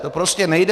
To prostě nejde.